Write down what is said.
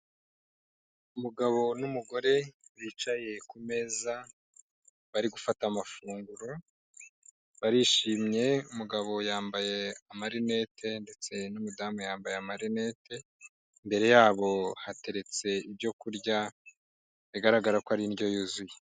umugabo n'umugore bicaye ku meza bari gufata amafunguro barishimye umugabo yambaye amarinete ndetse n'umudamu yambaye amarinete imbere yabo hateretse ibyo kurya bigaragara ko ari indyo yuzuye